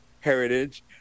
heritage